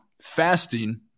fasting